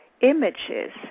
images